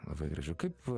labai gražu kaip